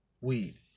weed